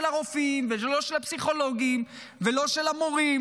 הרופאים ולא של הפסיכולוגים ולא של המורים,